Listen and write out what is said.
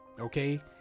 okay